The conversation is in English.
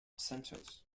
centers